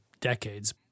decades